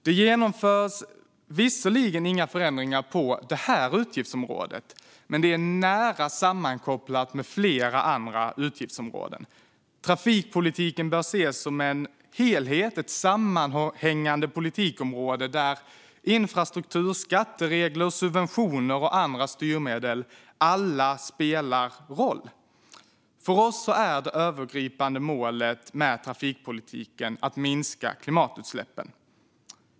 Det genomförs visserligen inga förändringar på detta utgiftsområde, men det är nära sammankopplat med flera andra utgiftsområden. Trafikpolitiken bör ses som en helhet, ett sammanhängande politikområde där infrastruktur, skatteregler, subventioner och andra styrmedel alla spelar roll. För oss är det övergripande målet med trafikpolitiken att minska klimatutsläppen.